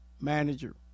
manager